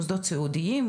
מוסדות סיעודיים,